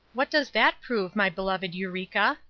what does that prove, my beloved eureka?